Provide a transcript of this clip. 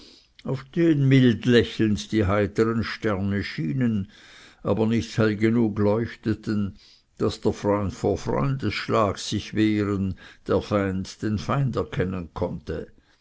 auf den mild lächelnd die heitern sterne schienen aber nicht hell genug leuchteten daß der freund vor freundes schlag sich wehren der feind den feind er kennen konnte